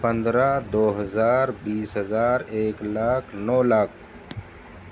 پندرہ دو ہزار بیس ہزار ایک لاکھ نو لاکھ